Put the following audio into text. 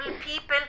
people